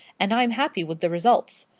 and i'm happy with the results.